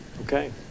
Okay